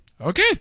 Okay